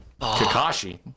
Kakashi